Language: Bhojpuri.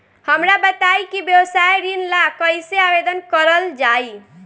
हमरा बताई कि व्यवसाय ऋण ला कइसे आवेदन करल जाई?